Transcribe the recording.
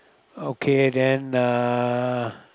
okay then uh